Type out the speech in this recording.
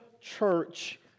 church